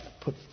put